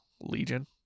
legion